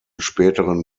späteren